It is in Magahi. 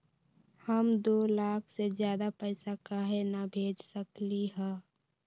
हम दो लाख से ज्यादा पैसा काहे न भेज सकली ह?